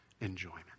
enjoyment